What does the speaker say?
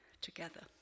together